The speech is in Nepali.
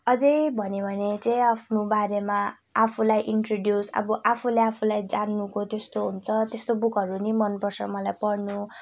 अझै भन्यो भने चाहिँ आफ्नोबारेमा आफूलाई इन्ट्रोड्युस अब आफूले आफूलाई जान्नुको त्यस्तो हुन्छ त्यस्तो बुकहरू नि मनपर्छ मलाई पढ्नु